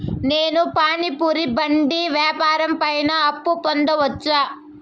నేను పానీ పూరి బండి వ్యాపారం పైన అప్పు పొందవచ్చా?